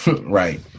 Right